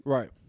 Right